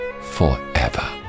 forever